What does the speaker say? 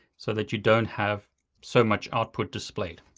so that you don't have so much output displayed.